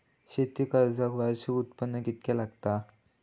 शेती कर्जाक वार्षिक उत्पन्न कितक्या लागता?